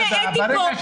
אני הייתי פה.